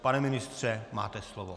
Pane ministře, máte slovo.